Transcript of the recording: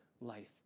life